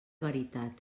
veritat